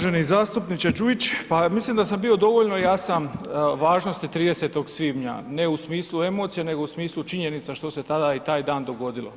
Uvaženi zastupniče Đujić, pa mislim da sam bio dovoljno jasan važnosti 30. svibnja ne u smislu emocija, nego u smislu činjenica što se tada i taj dan dogodilo.